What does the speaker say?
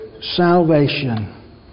salvation